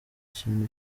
kintu